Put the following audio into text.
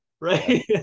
right